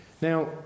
Now